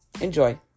Enjoy